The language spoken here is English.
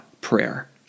prayer